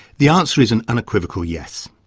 the answer is an unequivocal yes.